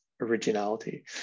originality